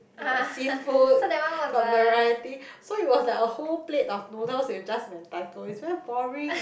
they got seafood got variety so it was like a whole plate of noodles with just Mentaiko its very boring